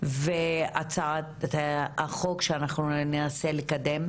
והצעת החוק שאנחנו ננסה לקדם,